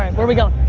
um where we going,